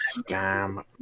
scam